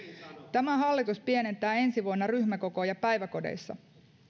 tämä hallitus pienentää ensi vuonna ryhmäkokoja päiväkodeissa